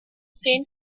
zehn